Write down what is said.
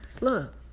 Look